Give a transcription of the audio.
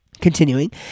Continuing